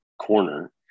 corner